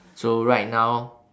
so right now